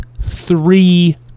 three